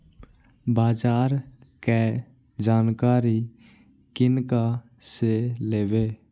बाजार कै जानकारी किनका से लेवे?